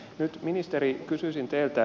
nyt ministeri kysyisin teiltä